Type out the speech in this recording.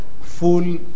full